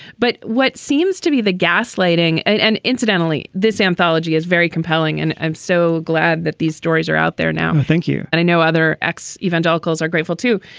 but what seems to be the gaslighting and and incidentally, this anthology is very compelling. and i'm so glad that these stories are out there now. thank you. and i know other ex evangelicals are grateful, too,